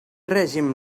règim